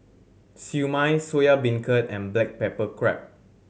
Siew Mai Soya Beancurd and black pepper crab